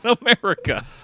America